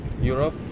Europe